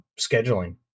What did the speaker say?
scheduling